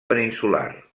peninsular